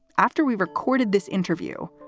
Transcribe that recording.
after we recorded this interview,